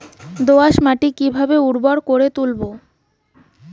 দোয়াস মাটি কিভাবে উর্বর করে তুলবো?